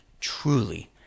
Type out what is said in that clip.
truly